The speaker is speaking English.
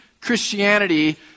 Christianity